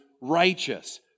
righteous